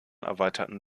erweiterten